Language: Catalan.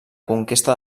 conquesta